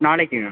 நாளைக்குங்க